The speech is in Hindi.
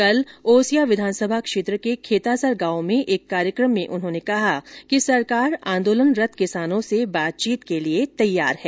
कल ओसियां विधानसभा क्षेत्र के खेतासर गांव में एक कार्यक्रम में उन्होंने कहा कि सरकार आंदोलनरत किसानों से बातचीत के लिए तैयार है